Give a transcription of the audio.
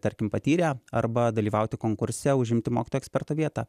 tarkim patyrę arba dalyvauti konkurse užimti mokytojo eksperto vietą